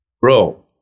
bro